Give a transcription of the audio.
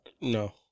No